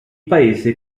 paese